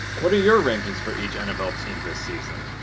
what are your rankings for each nfl team this season?